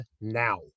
now